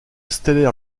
stellaire